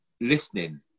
listening